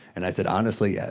and i said, honestly, yes,